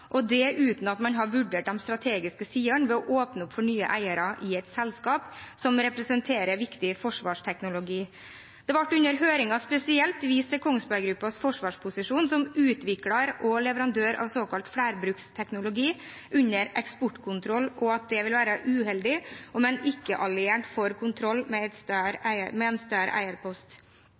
og det uten at man har vurdert de strategiske sidene ved å åpne opp for nye eiere i et selskap som representerer viktig forsvarsteknologi. Det ble under høringen spesielt vist til Kongsberg Gruppens forsvarsposisjon som utvikler og leverandør av såkalt flerbruksteknologi under eksportkontroll, og at det ville være uheldig om en ikke-alliert får kontroll med en større eierpost.